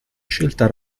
scelta